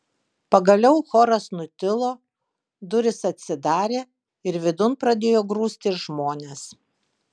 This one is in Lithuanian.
pagaliau choras nutilo durys atsidarė ir vidun pradėjo grūstis žmonės